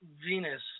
Venus